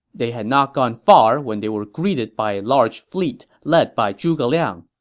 they had not gone far when they were greeted by a large fleet led by zhuge liang.